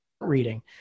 reading